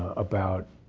about